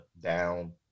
down